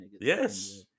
Yes